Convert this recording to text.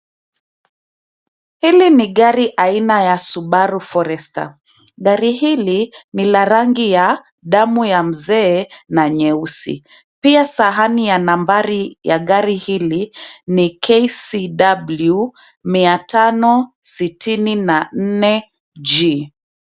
Hili ni gari aina ya Subaru Forester , gari hili, ni la rangi ya, damu ya mzee, na nyeusi, pia sahani ya nambari ya gari hili, ni KCW 564G.